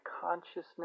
consciousness